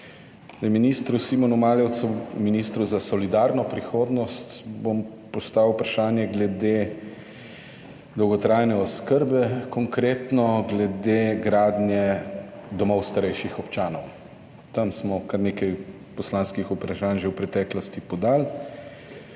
Ministru Simonu Maljevcu, ministru za solidarno prihodnost, bom postavil vprašanje glede dolgotrajne oskrbe, konkretno glede gradnje domov starejših občanov. O tem smo kar nekaj poslanskih vprašanj že v preteklosti podali.